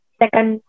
second